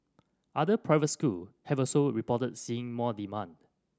other private school have also reported seeing more demand